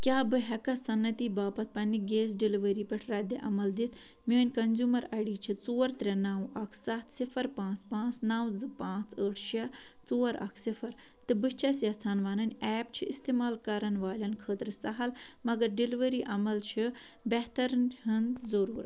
کیٛاہ بہٕ ہیٚکاہ صنعتی باپتھ پننہِ گیس ڈیٚلؤری پٮ۪ٹھ ردعمل دتھ میٛٲنۍ کنزیٛومر آے ڈی چھِ ژور ترٛےٚ نَو اکھ سَتھ صِفر پانٛژھ پانٛژھ نَو زٕ پانٛژھ ٲٹھ شےٚ ژور اکھ صِفر تہٕ بہٕ چھیٚس یژھان ونٕنۍ ایپ چھ استعمال کران والیٚن خٲطرٕ سہل مگر ڈیٚلؤری عملَس چھِ بہتری ہنٛز ضُروٗرت